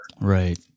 Right